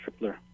Tripler